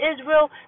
Israel